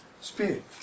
spirit